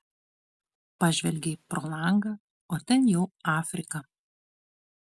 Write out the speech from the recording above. pažvelgei pro langą o ten jau afrika